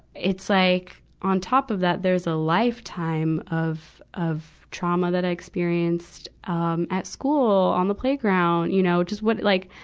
it's like, on top of that, there's a lifetime of, of trauma that i experienced, um, at school, on the playground, you know. just what, like,